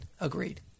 Agreed